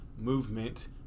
movement